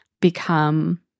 become